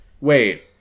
Wait